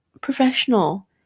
professional